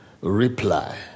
reply